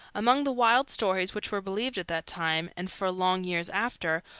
among the wild stories which were believed at that time, and for long years after,